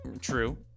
True